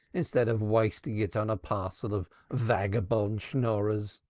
instead of wasting it on a parcel of vagabond schnorrers.